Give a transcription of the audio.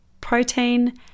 protein